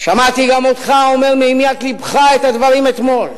שמעתי גם אותך אומר מהמיית לבך את הדברים אתמול,